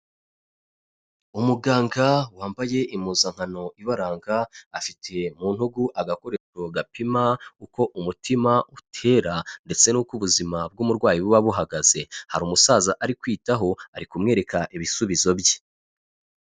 Umuganga wambaye impuzankano ibaranga, afite mu ntugu agakorero gapima uko umutima utera ndetse n'uko ubuzima bw'umurwayi buba buhagaze, hari umusaza ari kwitaho, ari kumwereka ibisubizo bye.